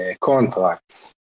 contracts